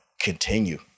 continue